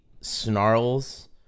snarls